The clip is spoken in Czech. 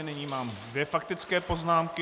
Nyní mám dvě faktické poznámky.